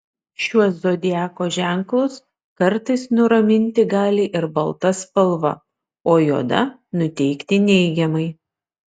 šiuos zodiako ženklus kartais nuraminti gali ir balta spalva o juoda nuteikti neigiamai